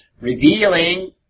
revealing